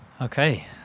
Okay